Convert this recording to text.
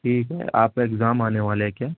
ٹھیک ہے آپ کا ایگزام آنے والا ہے کیا